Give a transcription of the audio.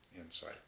insight